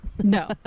No